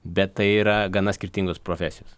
bet tai yra gana skirtingos profesijos